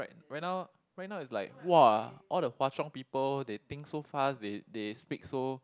right right now right now is like !wah! all the Hwa Chong people they think so fast they they speak so